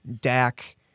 Dak